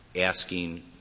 asking